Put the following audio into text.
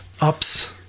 Ups